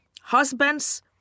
husbands